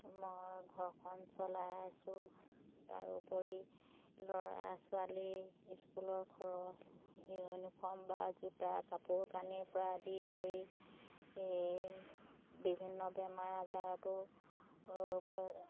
মই ঘৰখন চলাই আছোঁ তাৰ উপৰি ল'ৰা ছোৱালী স্কুলৰ খৰচ ইউনিফৰ্ম বা জোতা কাপোৰ কানিৰ পৰা আদি কৰি বিভিন্ন বেমাৰ আজাৰতো